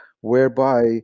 whereby